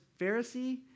Pharisee